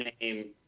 name